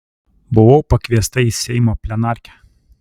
buvau pakviesta į seimo plenarkę